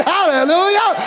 Hallelujah